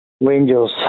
Rangers